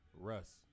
Russ